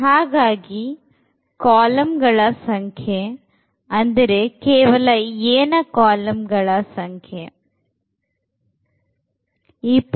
ಹಾಗಾಗಿ ಕಾಲಂಗಳ ಸಂಖ್ಯೆ ಅಂದರೆ ಕೇವಲ A ನ ಕಾಲಂಗಳ ಸಂಖ್ಯೆ ಈ ಪೂರ್ತಿ augmented matrixನದಲ್ಲ